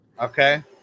Okay